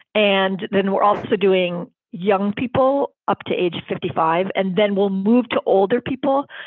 and then we're also doing young people up to age fifty five. and then we'll move to older people.